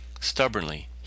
Stubbornly